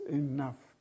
enough